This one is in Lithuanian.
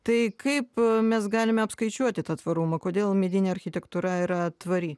tai kaip mes galime apskaičiuoti tą tvarumą kodėl medinė architektūra yra tvari